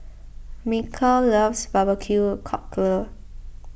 Michel loves BBQ Cockle